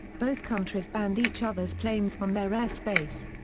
both countries banned each other's planes from their air space.